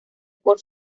por